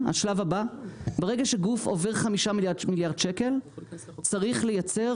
ברגע שגוף עובר חמישה מיליארד שקל צריך לייצר